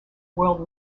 world